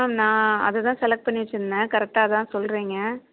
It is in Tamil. மேம் நான் அது தான் செலக்ட் பண்ணி வச்சுருந்தேன் கரெக்டாக அதான் சொல்கிறிங்க